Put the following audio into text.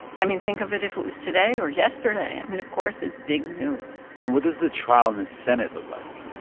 i mean, think of it if it was today or yesterday. i mean, of course it's big news and what does the trial in the senate look like?